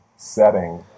Setting